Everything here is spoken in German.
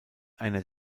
einer